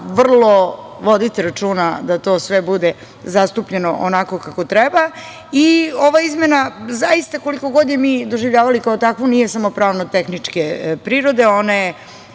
vrlo voditi računa da to sve bude zastupljeno onako kako treba i ova izmena zaista, koliko god je mi doživljavali kao takvu, nije samo pravno-tehničke prirode. Ona je